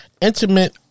intimate